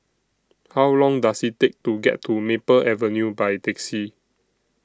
How Long Does IT Take to get to Maple Avenue By Taxi